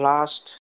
Last